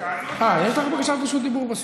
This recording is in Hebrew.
רשות דיבור.